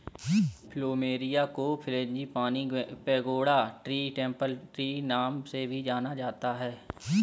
plumeria को frangipani, pagoda tree, temple tree नाम से भी जाना जाता है